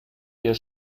wir